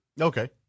Okay